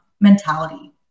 mentality